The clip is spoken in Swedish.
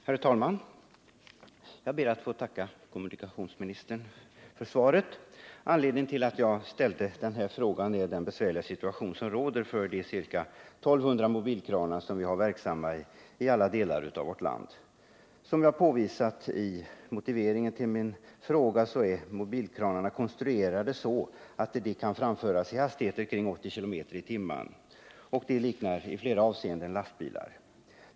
Herr talman! Jag ber att få tacka kommunikationsministern för svaret. Anledningen till att jag ställde denna fråga är den besvärliga situation som råder beträffande de ca 1 200 mobilkranar som vi har verksamma i alla delar av vårt land. Som jag påvisat i motiveringen till min fråga är mobilkranarna konstruerade så att de kan framföras i hastigheter kring 80 km/tim, och de liknar i flera avseenden lastbilar.